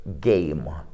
Game